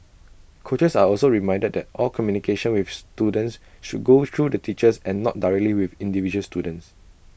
coaches are also reminded that all communication with students should go through the teachers and not directly with individual students